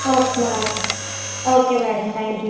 okay madam okay madam thank you